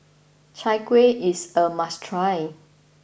Chai Kueh is a must try